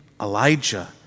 Elijah